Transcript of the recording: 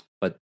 but-